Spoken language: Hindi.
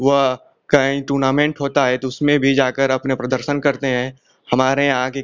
वा कहीं टूर्नामेंट होता है तो उसमें भी जाकर अपना प्रदर्शन करते हैं हमारे यहाँ के